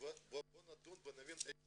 ובואו נדון ונבין היכן